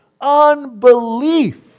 unbelief